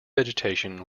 vegetation